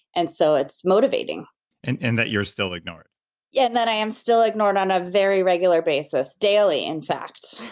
and so it's motivating and in that you're still ignored yeah that that i am still ignored on a very regular basis. daily, in fact